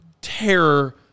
terror